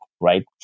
right